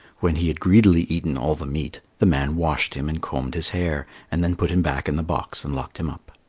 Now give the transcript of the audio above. when he had greedily eaten all the meat, the man washed him and combed his hair and then put him back in the box and locked him up.